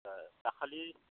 दाखालि